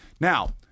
Now